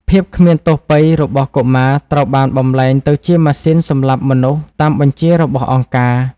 ភាពគ្មានទោសពៃរ៍របស់កុមារត្រូវបានបំប្លែងទៅជាម៉ាស៊ីនសម្លាប់មនុស្សតាមបញ្ជារបស់អង្គការ។